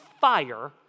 fire